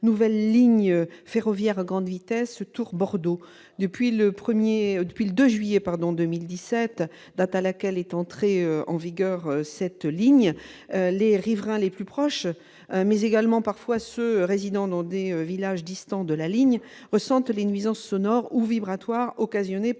nouvelle ligne ferroviaire à grande vitesse Tours-Bordeaux. Depuis le 2 juillet 2017, date de mise en service de cette ligne, les riverains immédiats mais aussi, parfois, les résidents de villages distants de la ligne ressentent les nuisances sonores ou vibratoires occasionnées par